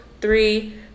three